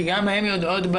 כי גם הן יודעות,